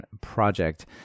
project